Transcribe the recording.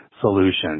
solutions